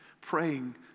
praying